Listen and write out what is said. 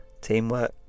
teamwork